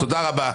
תודה רבה.